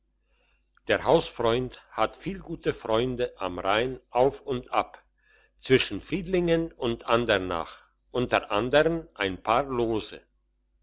der hausfreund hat viel gute freunde am rhein auf und ab zwischen friedlingen und andernach unter andern ein paar lose